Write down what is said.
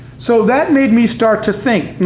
so that made me start to think.